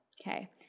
Okay